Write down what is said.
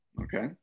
Okay